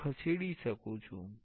હું ખસેડી શકું છું